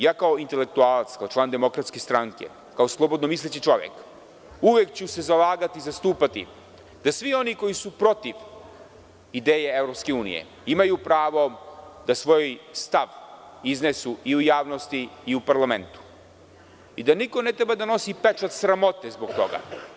Ja kao intelektualac, kao član DS, kao slobodnomisleći čovek, uvek ću se zalagati i zastupati da svi oni koji su protiv ideje EU imaju pravo da svoj stav iznesu i u javnosti i u parlamentu i da niko ne treba da nosi pečat sramote zbog toga.